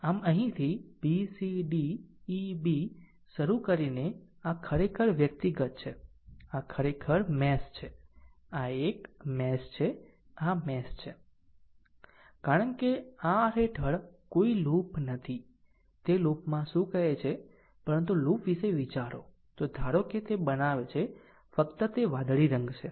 આમ અહીંથી b c d e b શરૂ કરીને આ ખરેખર વ્યક્તિગત છે આ ખરેખર મેશ છે આ એક મેશ છે આ મેશ છે કારણ કે r હેઠળ કોઈ લૂપ નથી તે લૂપ માં શું કહે છે પરંતુ લૂપ વિશે વિચારો તો ધારો કે તે બનાવે છે ફક્ત તે વાદળી રંગ છે